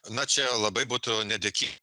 na čia labai būtų nedėkin